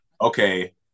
okay